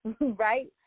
right